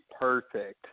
perfect